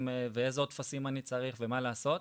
ואיזה עוד טפסים אני צריך ומה עכשיו לעשות",